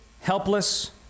helpless